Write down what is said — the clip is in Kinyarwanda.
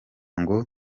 ngo